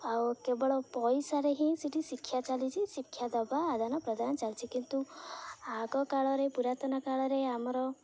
ଆଉ କେବଳ ପଇସାରେ ହିଁ ସିଠି ଶିକ୍ଷା ଚାଲିଛି ଶିକ୍ଷା ଦବା ଆଦାନ ପ୍ରଦାନ ଚାଲିଛି କିନ୍ତୁ ଆଗକାଳରେ ପୁରାତନ କାଳରେ ଆମର